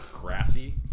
grassy